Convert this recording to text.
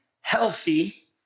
healthy